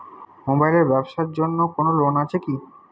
Mobile এর ব্যাবসার জন্য কোন লোন আছে কি?